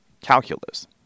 calculus